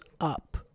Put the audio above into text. up